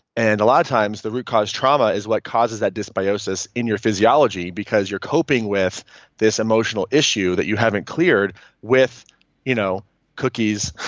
and a lot of times the root cause trauma is what causes that dysbiosis in your physiology because you're coping with this emotional issue that you haven't cleared with you know cookies,